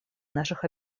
наших